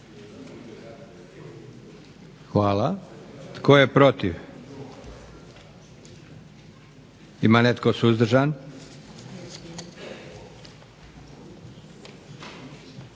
Hvala. Tko je protiv? Ima netko suzdržan?